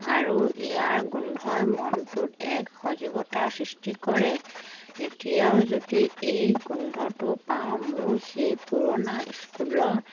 আৰু ইয়াৰ গোন্ধই মনটোত এক সজীৱতাৰ সৃষ্টি কৰে এতিয়াও যদি এই গোন্ধটো পাওঁ মোৰ সেই পুৰণা স্কুলৰ